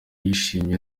yishimiye